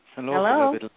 Hello